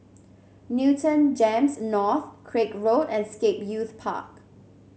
Newton Gems North Craig Road and Scape Youth Park